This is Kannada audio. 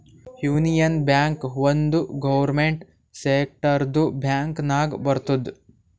ಯೂನಿಯನ್ ಬ್ಯಾಂಕ್ ಒಂದ್ ಗೌರ್ಮೆಂಟ್ ಸೆಕ್ಟರ್ದು ಬ್ಯಾಂಕ್ ನಾಗ್ ಬರ್ತುದ್